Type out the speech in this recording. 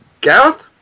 Gareth